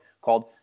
called